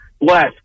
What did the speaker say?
left